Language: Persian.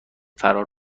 فرار